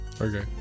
Okay